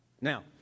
Now